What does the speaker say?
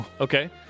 Okay